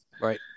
Right